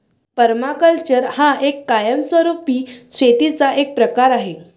permaculture हा कायमस्वरूपी शेतीचा एक प्रकार आहे